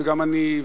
גם אני,